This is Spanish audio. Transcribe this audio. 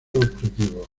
objetivo